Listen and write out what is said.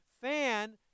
Fan